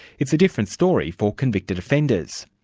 it's a different story for convicted offenders.